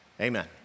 Amen